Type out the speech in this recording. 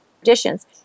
traditions